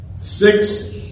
six